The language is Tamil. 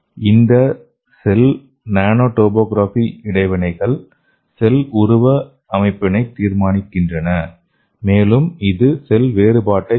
இந்த செல் நானோ டோபோகிராபி இடைவினைகள் செல் உருவ அமைப்பை தீர்மானிக்கின்றன மேலும் இது செல் வேறுபாட்டைத் தூண்டும்